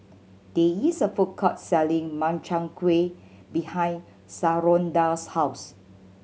there is a food court selling Makchang Gui behind Shalonda's house